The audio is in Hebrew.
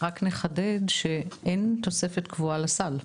רק נחדד שאין תוספת קבועה לסל,